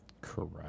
Correct